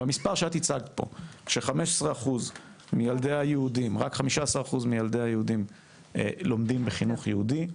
והמספר שאת הצגת פה שרק 15% מילדי היהודים לומדים בחינוך יהודי,